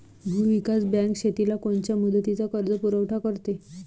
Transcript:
भूविकास बँक शेतीला कोनच्या मुदतीचा कर्जपुरवठा करते?